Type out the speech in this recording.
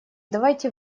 давайте